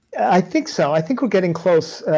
i think so. i think we're getting close